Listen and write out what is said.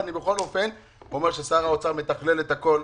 אבל אני בכל אופן אומר ששר האוצר מתכלל את הכול,